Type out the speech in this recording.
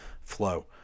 flow